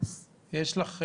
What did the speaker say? כישלונות.